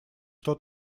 что